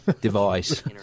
device